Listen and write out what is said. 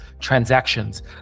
transactions